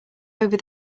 over